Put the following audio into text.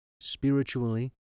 spiritually